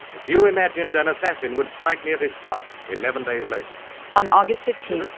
few imagined an assassin would strike near this spot eleven days later on august fifteen,